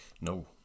No